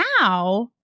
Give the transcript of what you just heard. now